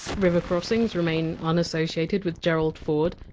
river crossings remain unassociated with gerald ford.